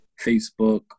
Facebook